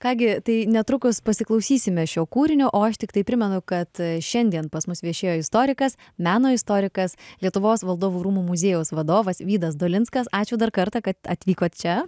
ką gi tai netrukus pasiklausysime šio kūrinio o aš tiktai primenu kad šiandien pas mus viešėjo istorikas meno istorikas lietuvos valdovų rūmų muziejaus vadovas vydas dolinskas ačiū dar kartą kad atvykot čia